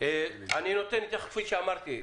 כפי שאמרתי,